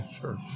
Sure